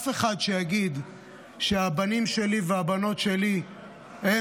אף אחד שיגיד שהבנים שלי והבנות שלי הם